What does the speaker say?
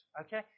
okay